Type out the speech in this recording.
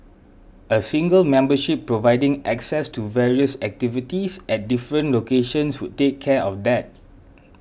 a single membership providing access to various activities at different locations would take care of that